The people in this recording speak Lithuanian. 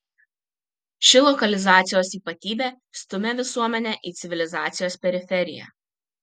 ši lokalizacijos ypatybė stumia visuomenę į civilizacijos periferiją